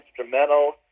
instrumental